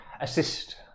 assist